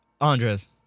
Andres